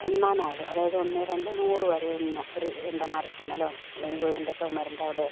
എണ്ണാനാകുക അതായത് ഒന്ന് രണ്ട് നൂറു വരെ എണ്ണ ഒരു എന്താ മരത്തുമ്മേലോ അല്ലെ വീടിൻ്റെ ചുമരിൻ്റവിടേ